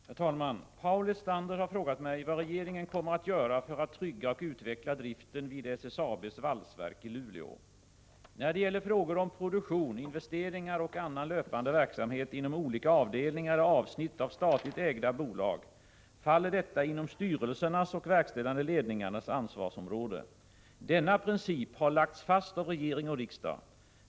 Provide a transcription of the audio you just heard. Herr talman! Paul Lestander har frågat mig vad regeringen kommer att göra för att trygga och utveckla driften vid SSAB:s valsverk i Luleå. Frågor om produktion, investeringar och annan löpande verksamhet inom olika avdelningar eller avsnitt av statligt ägda bolag faller inom styrelsernas och verkställande ledningarnas ansvarsområde. Denna princip har lagts fast av regering och riksdag.